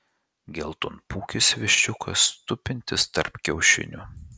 geltonpūkis viščiukas tupintis tarp kiaušinių